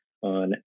on